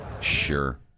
Sure